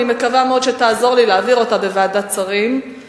אני מקווה מאוד שתעזור לי להעביר אותה בוועדת השרים,